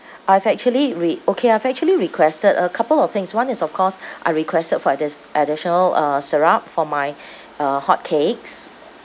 I've actually re~ okay I've actually requested a couple of things one is of course I requested for this additional uh syrup for my uh hotcakes